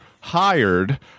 Hired